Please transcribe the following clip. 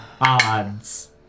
Odds